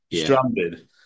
stranded